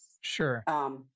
Sure